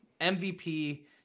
MVP